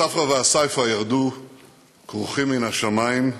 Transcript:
ספרא וסייפא ירדו כרוכים מן השמים,